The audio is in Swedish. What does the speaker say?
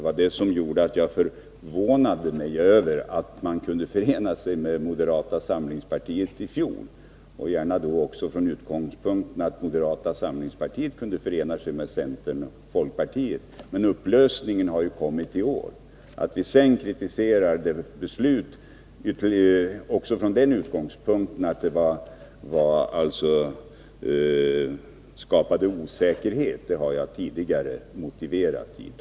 Vad som gjorde mig så förvånad var att man kunde förena sig med moderata samlingspartiet i fjol och att moderata samlingspartiet kunde förena sig med centern och folkpartiet. Upplösningen skedde ju i år. Att vi sedan kritiserar beslutet från utgångspunkten att det skapar osäkerhet har jag redan tidigare motiverat.